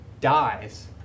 dies